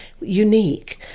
unique